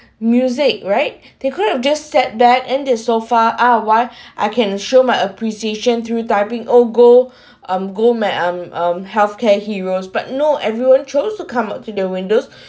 music right they could have just setback and is so far ah [what] I can show my appreciation through typing oh go um go may um um healthcare heroes but no everyone chose to come up to the windows